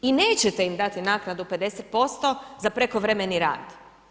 I nećete im dati naknadu 50% za prekovremeni rad.